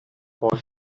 boy